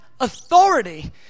authority